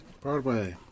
Broadway